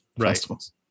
festivals